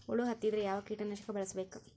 ಹುಳು ಹತ್ತಿದ್ರೆ ಯಾವ ಕೇಟನಾಶಕ ಬಳಸಬೇಕ?